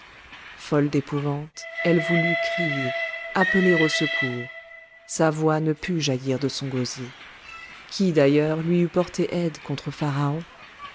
folle d'épouvante elle voulut crier appeler au secours sa voix ne put jaillir de son gosier qui d'ailleurs lui eût porté aide contre